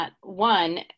One